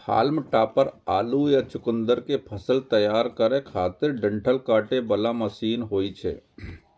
हाल्म topper आलू या चुकुंदर के फसल तैयार करै खातिर डंठल काटे बला मशीन होइ छै